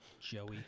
Joey